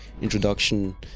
introduction